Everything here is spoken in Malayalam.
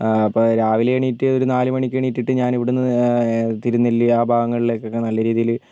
അപ്പോൾ രാവിലെ എണീറ്റ് ഒരു നാലുമണിക്ക് എണീറ്റിട്ട് ഞാൻ ഇവിടുന്ന് തിരുനെല്ലി ആ ഭാഗങ്ങളിലേക്കൊക്കെ നല്ല രീതിയിൽ